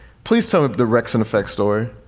please tell the rixson effect story.